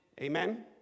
Amen